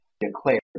Declared